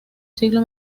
siglo